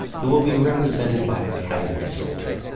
who will be represented by a cavalry soldier.